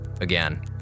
Again